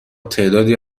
تعدادی